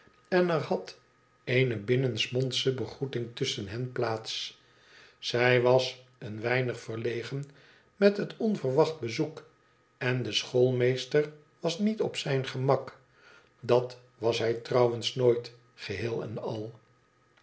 en er had eene binnensmondsche begroeting tusschen hen plaats zij was een weinig verlegen met het onverwacht bezoek en de schoolmeester was niet op zijnemak dat was hij trouwens nooit geheel en al